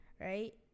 right